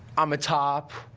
i'm a top,